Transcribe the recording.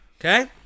Okay